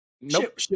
Nope